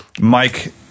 Mike